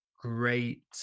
great